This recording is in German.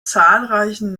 zahlreichen